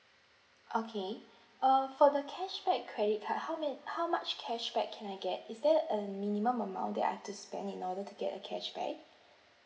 okay err for the cashback credit card how many how much cashback can I get is there a minimum amount that I've to spend in order to get a cashback